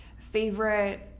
Favorite